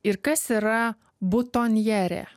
ir kas yra butonjerė